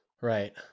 Right